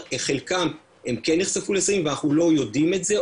חלקם כן נחשפו לסמים ואנחנו לא יודעים את זה,